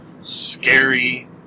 scary